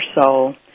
soul